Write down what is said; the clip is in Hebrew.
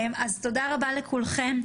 אז תודה רבה לכולכם.